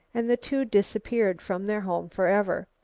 and the two disappeared from their home forever.